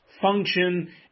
function